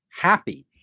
happy